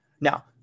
Now